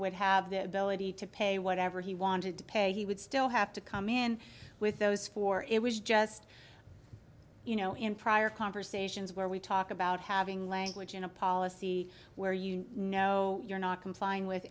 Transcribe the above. would have the ability to pay whatever he wanted to pay he would still have to come in with those four it was just you know in prior conversations where we talk about having language in a policy where you know you're not complying with